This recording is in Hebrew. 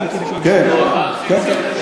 כן כן.